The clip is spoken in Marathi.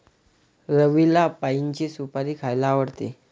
रवीला पाइनची सुपारी खायला आवडते